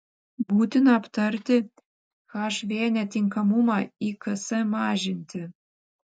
būtina aptarti hv netinkamumą iks mažinti